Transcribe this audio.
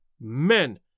men